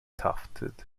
tufted